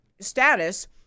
status